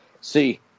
See